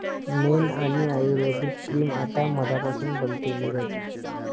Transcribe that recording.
मेण आणि आयुर्वेदिक क्रीम आता मधापासून बनते, नीरज